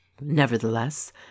Nevertheless